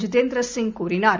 ஜிதேந்திர சிங் கூறினார்